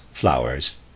flowers